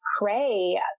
pray